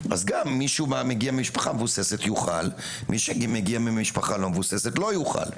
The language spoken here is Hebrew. אז גם מי שמגיע ממשפחה מבוססת יוכל ומי שמגיע ממשפחה לא מבוססת לא יוכל.